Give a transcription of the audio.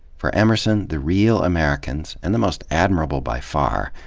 for emerson, the real americans, and the most admirable by far,